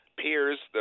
peers